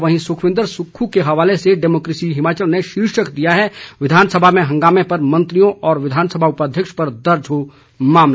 वहीं सुखविंद्र सुक्खू के हवाले से डेमोक्रेसी हिमाचल ने शीर्षक दिया है विधानसभा में हंगामे पर मंत्रियों व विधानसभा उपाध्यक्ष पर दर्ज हो मामला